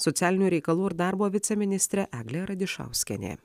socialinių reikalų ir darbo viceministrė eglė radišauskienė